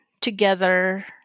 together